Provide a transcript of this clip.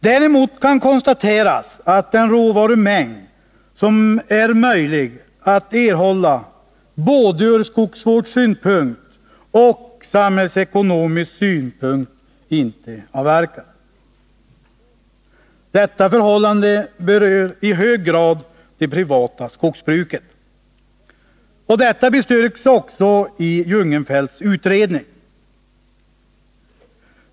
Däremot kan konstateras att den råvarumängd inte avverkas som är möjlig att erhålla ur både skogsvårdssynpunkt och samhällsekonomisk synpunkt. Detta förhållande berör i hög grad det privata skogsbruket, vilket bestyrks i Jungenfeldts utredning.